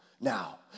now